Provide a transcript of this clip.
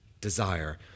desire